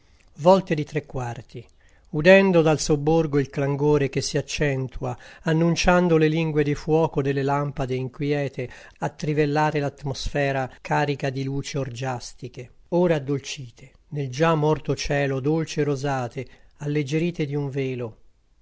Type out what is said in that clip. volte di tre quarti udendo dal sobborgo il clangore che si accentua annunciando le lingue di fuoco delle lampade inquiete a trivellare l'atmosfera carica di luci orgiastiche ora addolcite nel già morto cielo dolci e rosate alleggerite di un velo